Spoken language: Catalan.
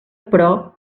però